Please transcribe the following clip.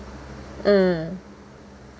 hmm